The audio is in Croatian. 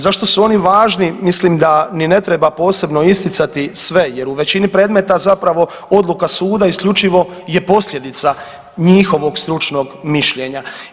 Zašto su oni važni mislim da ni ne treba posebno isticati sve, jer u većini predmeta zapravo odluka suda isključivo je posljedica njihovog stručnog mišljenja.